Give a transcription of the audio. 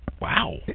Wow